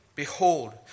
Behold